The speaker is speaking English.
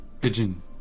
Pigeon